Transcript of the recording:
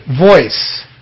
voice